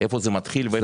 זה מתחיל ואיפה זה נגמר?